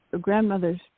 grandmother's